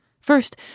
First